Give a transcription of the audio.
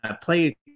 play